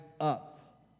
up